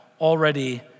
already